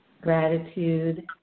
gratitude